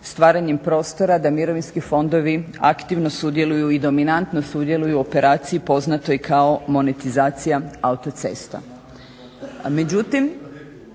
stvaranjem prostora da mirovinski fondovi aktivno sudjeluju i dominantno sudjeluju u operaciji poznatoj kao monetizacija autocesta.